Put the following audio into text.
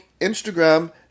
Instagram